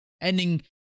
ending